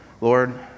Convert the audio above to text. Lord